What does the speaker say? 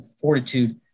fortitude